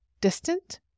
distant